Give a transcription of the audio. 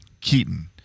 Keaton